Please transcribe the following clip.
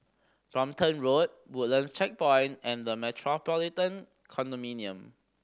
Brompton Road Woodlands Checkpoint and The Metropolitan Condominium